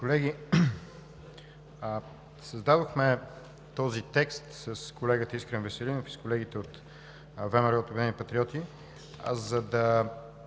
колеги! Създадохме този текст с колегата Искрен Веселинов, с колегите от ВМРО и „Обединени патриоти“, за да